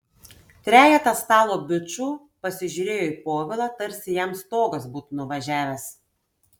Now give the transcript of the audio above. trejetas stalo bičų pasižiūrėjo į povilą tarsi jam stogas būtų nuvažiavęs